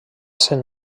sent